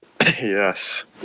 Yes